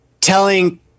telling